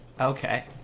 Okay